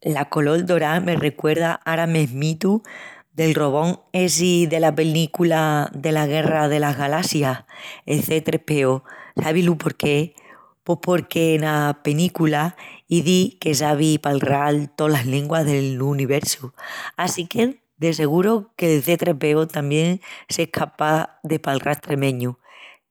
La colol dorá me recuerda ara mesmitu del robón essi dela penícula dela Guerra delas Galassias, el C3PO, sabis lu por qué? Pos porque ena penícula izi que sabi palral tolas lenguas del nuversu assinque de seguru que'l C3PO tamién es escapás de palral estremeñu.